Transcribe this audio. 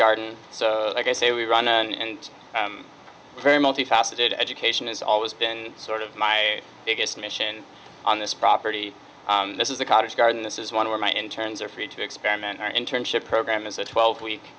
garden so i say we run and very multifaceted education has always been sort of my biggest mission on this property this is a cottage garden this is one where my internes are free to experiment her internship program is a twelve week